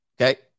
Okay